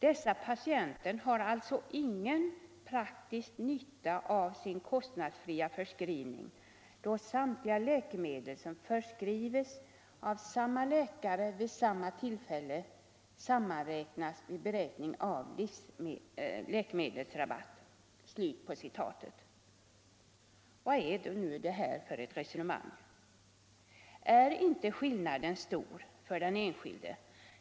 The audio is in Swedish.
Dessa patienter har alltså ingen praktisk nytta av sin kostnadsfria förskrivning, då samtliga läkemedel som förskrives av samma läkare vid samma tillfälle sammanräknas vid beräkning av läkemedelsrabatt.” Vad är nu detta för ett resonemang? Är inte skillnaden så stor för den enskilde?